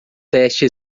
teste